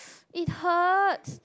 it hurts